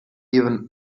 even